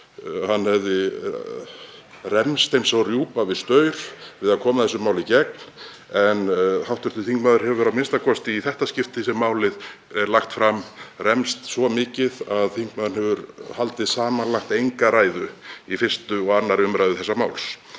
hann hefði rembst eins og rjúpan við staurinn við að koma þessu máli í gegn en hv. þingmaður hefur, a.m.k. í þetta skiptið sem málið er lagt fram, rembst svo mikið að þingmaðurinn hefur haldið samanlagt engar ræðu í 1. og 2. umr. þessa máls.